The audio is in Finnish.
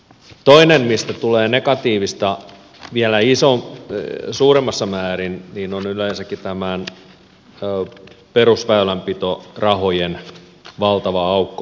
toinen mistä tulee negatiivista vielä suuremmassa määrin on yleensäkin perusväylänpitorahojen valtava aukko